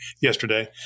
yesterday